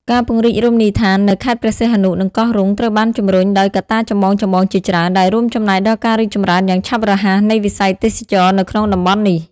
ការពង្រីករមណីយដ្ឋាននៅ ខេត្តព្រះសីហនុ និងកោះរ៉ុង ត្រូវបានជំរុញដោយកត្តាចម្បងៗជាច្រើន ដែលរួមចំណែកដល់ការរីកចម្រើនយ៉ាងឆាប់រហ័សនៃវិស័យទេសចរណ៍នៅក្នុងតំបន់នេះ។